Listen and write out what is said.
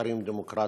משטרים דמוקרטיים,